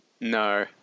No